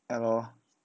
ya loh